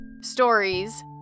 stories